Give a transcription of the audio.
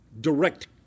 direct